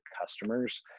customers